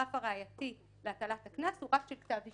הרף הראייתי להטלת הקנס הוא רף של כתב אישום.